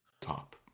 top